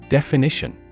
Definition